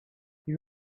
you